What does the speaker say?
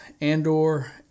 Andor